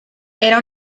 era